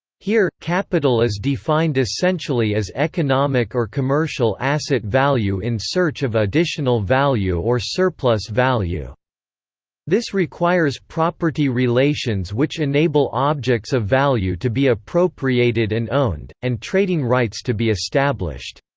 here, capital is defined essentially as economic or commercial asset value in search of additional value or surplus-value. this requires property relations which enable objects of value to be appropriated and owned, and trading rights to be established.